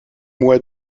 moy